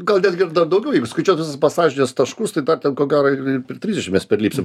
gal netgi daugiau jeigu skaičiuot visus masažinius taškus tai dar ten ko gero ir trisdešimt mes perlipsim